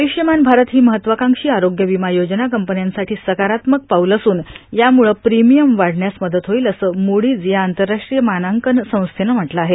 आय्रष्मान भारत ही महत्त्वाकांक्षी आरोग्य विमा योजना कंपन्यांसाठी सकारात्मक पाऊल असून यामुळं प्रीमिअम वाढण्यास मदत होईल असं मूडीज या आंतरराष्ट्रीय मानांकन संस्थेनं म्हटलं आहे